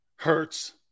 hurts